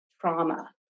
trauma